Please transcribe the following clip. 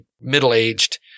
middle-aged